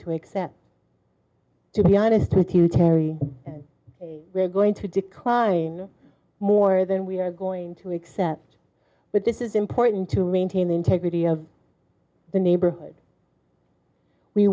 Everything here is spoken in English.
to accept to be honest with you terry we're going to decline more than we're going to accept but this is important to maintain the integrity of the neighborhood we